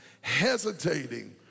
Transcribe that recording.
hesitating